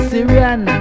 Syrian